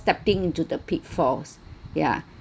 stepping into the pitfalls yeah